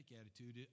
attitude